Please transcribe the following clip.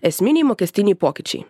esminiai mokestiniai pokyčiai